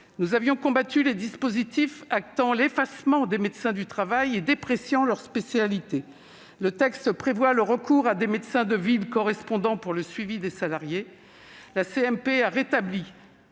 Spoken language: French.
Nous avions combattu les dispositifs qui actent l'effacement des médecins du travail et déprécient leur spécialité. Ainsi, le texte prévoit le recours à des médecins de ville correspondants pour le suivi des salariés. Nous souhaitons